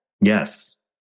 Yes